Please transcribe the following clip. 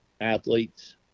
Athletes